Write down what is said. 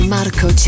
Marco